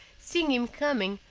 seeing him coming,